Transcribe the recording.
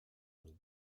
will